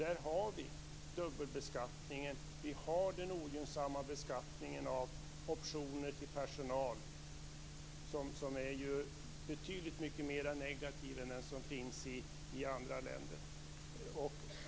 Jag tänker på dubbelbeskattningen och den ogynnsamma beskattningen när det gäller optioner till personal; den är betydligt mer negativ än den som finns i andra länder.